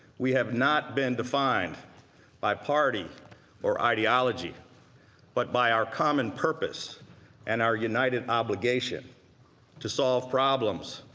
we have not been defined by party or ideology but by our common purpose and our united obligation to solve problems,